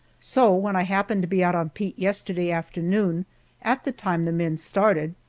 so, when i happened to be out on pete yesterday afternoon at the time the men started,